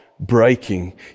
breaking